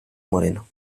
moreno